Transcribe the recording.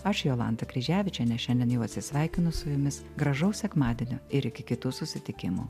aš jolanta kryževičienė šiandien jau atsisveikinu su jumis gražaus sekmadienio ir iki kitų susitikimų